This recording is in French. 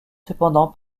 cependant